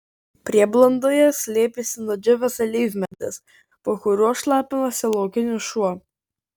prieblandoje slėpėsi nudžiūvęs alyvmedis po kuriuo šlapinosi laukinis šuo